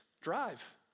drive